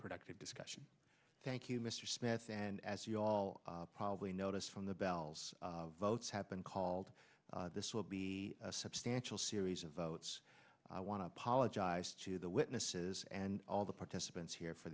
productive discussion thank you mr smith and as you all probably notice from the bells votes have been called this will be a substantial series of votes i want to apologize to the witnesses and all the participants here for